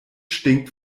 stinkt